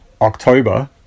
October